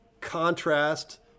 contrast